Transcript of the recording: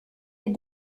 est